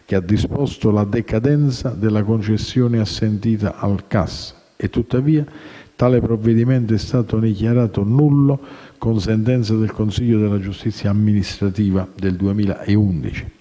che ha disposto la decadenza della concessione assentita al CAS. Tuttavia, tale provvedimento è stato dichiarato nullo con sentenza del Consiglio di giustizia amministrativa nel 2011.